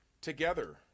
together